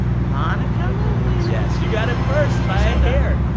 monica monica lewinsky yes you got first, by a hair